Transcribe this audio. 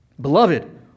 Beloved